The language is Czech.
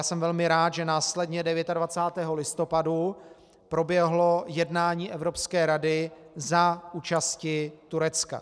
Jsem velmi rád, že následně 29. listopadu proběhlo jednání Evropské rady za účasti Turecka.